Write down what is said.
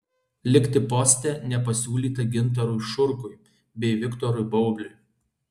likti poste nepasiūlyta gintarui šurkui bei viktorui baubliui